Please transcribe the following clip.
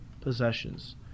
possessions